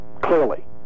clearly